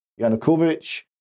Yanukovych